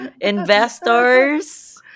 Investors